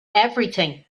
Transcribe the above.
everything